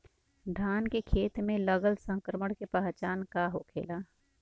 धान के खेत मे लगल संक्रमण के पहचान का होखेला?